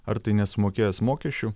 ar tai nesumokėjęs mokesčių